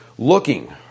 looking